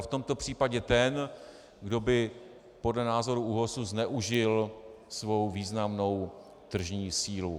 V tomto případě ten, kdo by podle názoru ÚOHS zneužil svou významnou tržní sílu.